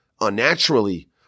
unnaturally